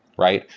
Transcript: right?